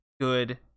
good